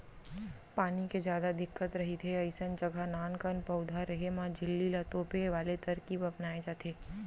पानी के जादा दिक्कत रहिथे अइसन जघा नानकन पउधा रेहे म झिल्ली ल तोपे वाले तरकीब अपनाए जाथे